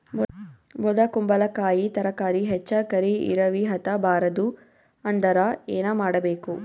ಬೊದಕುಂಬಲಕಾಯಿ ತರಕಾರಿ ಹೆಚ್ಚ ಕರಿ ಇರವಿಹತ ಬಾರದು ಅಂದರ ಏನ ಮಾಡಬೇಕು?